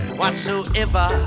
whatsoever